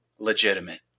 legitimate